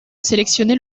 sélectionner